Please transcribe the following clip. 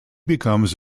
becomes